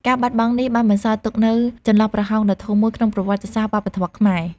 ការបាត់បង់នេះបានបន្សល់ទុកនូវ ចន្លោះប្រហោងដ៏ធំមួយ ក្នុងប្រវត្តិសាស្ត្រវប្បធម៌ខ្មែរ។